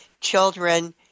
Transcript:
children